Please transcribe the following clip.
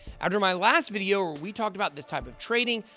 after my last video where we talked about this type of trading,